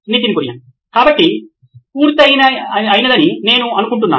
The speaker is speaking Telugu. నితిన్ కురియన్ COO నోయిన్ ఎలక్ట్రానిక్స్ కాబట్టి ఇది పూర్తయిందని నేను అనుకుంటున్నాను